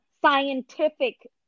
scientific